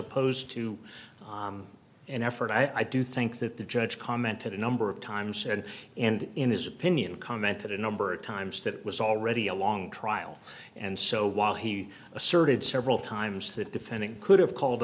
opposed to an effort i do think that the judge commented a number of times said and in his opinion commented a number of times that it was already a long trial and so while he asserted several times that defending could have called